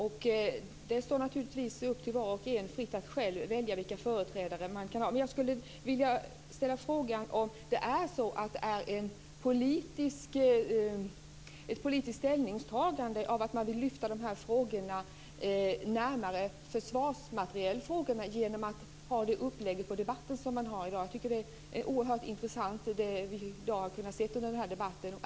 Det står naturligtvis var och en fritt att själv välja vilka företrädare man vill ha, men jag vill fråga om det är ett politiskt ställningstagande som innebär att man genom att ha detta upplägg för dagens debatt vill föra dessa frågor närmare försvarsmaterielfrågorna.